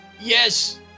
Yes